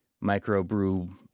micro-brew